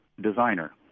designer